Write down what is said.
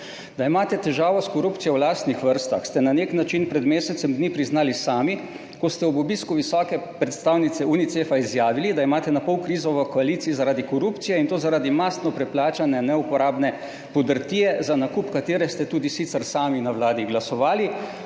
Da imate težavo s korupcijo v lastnih vrstah, ste na nek način pred mesecem dni priznali sami, ko ste ob obisku visoke predstavnice Unicefa izjavili, da imate napol krizo v koaliciji zaradi korupcije, in to zaradi mastno preplačane, neuporabne podrtije, za nakup katere ste tudi sicer sami na Vladi glasovali.